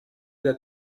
der